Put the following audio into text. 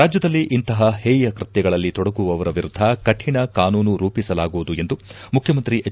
ರಾಜ್ಯದಲ್ಲಿ ಇಂತಹ ಹೇಯ ಕೃತ್ಯಗಳಲ್ಲಿ ತೊಡಗುವವರ ವಿರುದ್ಧ ಕಠಿಣ ಕಾನೂನು ರೂಪಿಸಲಾಗುವುದು ಎಂದು ಮುಖ್ಯಮಂತ್ರಿ ಎಚ್